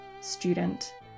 student